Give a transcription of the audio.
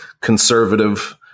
conservative